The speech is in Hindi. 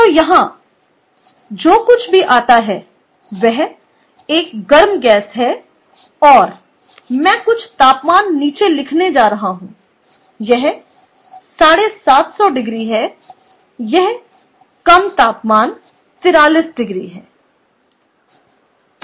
तो यहां जो कुछ भी आता है वह एक गर्म गैस है और मैं कुछ तापमान नीचे लिखने जा रहा हूं यह 750 डिग्री है यह कम तापमान 43oC है